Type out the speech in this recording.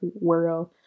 world